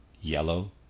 Yellow